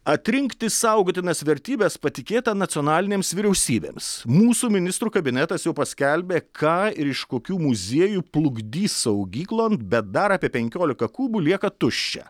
atrinkti saugotinas vertybes patikėta nacionalinėms vyriausybėms mūsų ministrų kabinetas jau paskelbė ką ir iš kokių muziejų plukdys saugyklon bet dar apie penkiolika kubų lieka tuščia